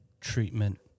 treatment